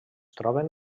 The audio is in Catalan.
troben